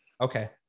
Okay